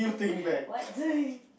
what